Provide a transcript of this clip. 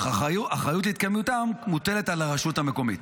אך האחריות להתקיימותם מוטלת על הרשות המקומית.